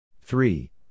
Three